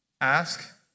Ask